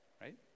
right